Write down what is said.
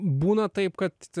būna taip kad